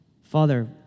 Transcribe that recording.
Father